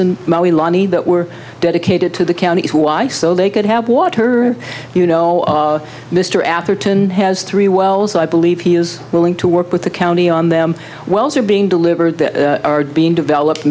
in maui lonny that were dedicated to the county's why so they could have water you know mr atherton has three wells i believe he is willing to work with the county on them wells are being delivered that are being developed